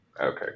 Okay